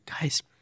guys